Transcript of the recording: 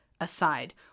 aside